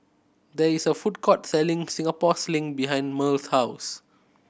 there is a food court selling Singapore Sling behind Merle's house